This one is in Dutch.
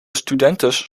studentes